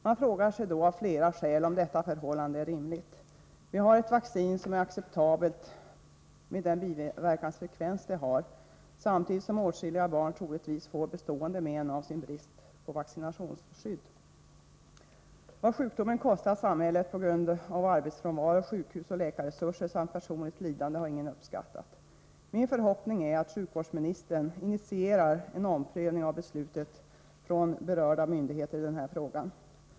Man frågar sig av flera skäl om det uppkomna förhållandet är rimligt. Vi har ett vaccin som är acceptabelt, med den biverkansfrekvens det har, samtidigt som åtskilliga barn troligtvis får bestående men av sin brist på vaccinationsskydd. Vad sjukdomen kostar samhället i form av arbetsfrånvaro, sjukhusoch läkarresurser samt personligt lidande har ingen uppskattat. Min förhoppning är att sjukvårdsministern initierar en omprövning av de berörda myndigheternas beslut i denna fråga.